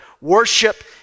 worship